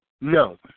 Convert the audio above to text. No